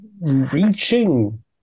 reaching